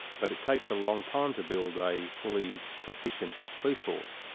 but it takes a long time to build a fully proficient police force.